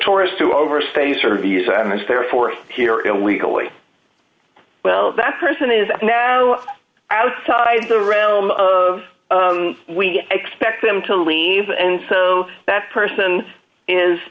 tourist who overstay sort of years and therefore here illegally well that person is now outside the realm of we expect them to leave and so that person is